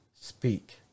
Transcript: speak